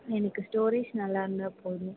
எனக்கு ஸ்டோரேஜ் நல்லா இருந்தால் போதும்